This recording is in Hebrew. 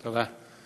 תודה.